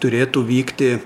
turėtų vykti